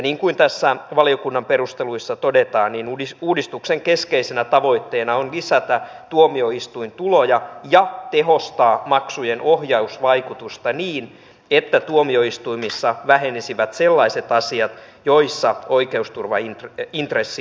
niin kuin valiokunnan perusteluissa todetaan uudistuksen keskeisenä tavoitteena on lisätä tuomioistuintuloja ja tehostaa maksujen ohjausvaikutusta niin että tuomioistuimissa vähenisivät sellaiset asiat joissa oikeusturvaintressi on pieni